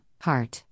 heart